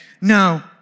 No